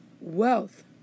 Wealth